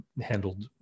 handled